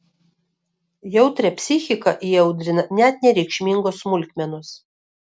jautrią psichiką įaudrina net nereikšmingos smulkmenos